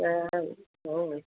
हां हो हो